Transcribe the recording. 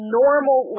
normal